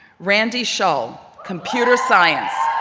randy shull, computer science.